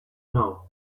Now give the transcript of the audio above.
know